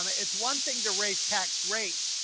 um it's one thing to raise tax rates,